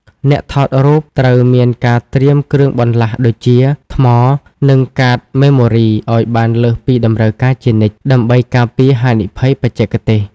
អ្នកថតរូបត្រូវមានការត្រៀមគ្រឿងបន្លាស់ដូចជា ថ្ម និងកាតម៉េម៉ូរីឱ្យបានលើសពីតម្រូវការជានិច្ច ដើម្បីការពារហានិភ័យបច្ចេកទេស។